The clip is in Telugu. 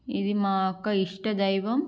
ఇది మా యొక్క ఇష్ట దైవం